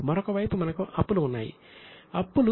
మరొక వైపు మనకు అప్పులు